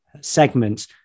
Segment